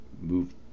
move